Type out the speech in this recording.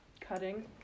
Cutting